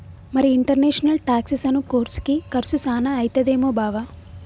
మరి ఇంటర్నేషనల్ టాక్సెసను కోర్సుకి కర్సు సాన అయితదేమో బావా